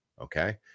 Okay